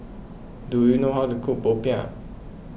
do you know how to cook Popiah